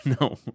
no